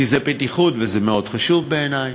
כי זה בטיחות וזה מאוד חשוב בעיני,